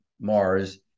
Mars